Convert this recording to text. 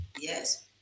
Yes